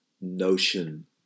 notion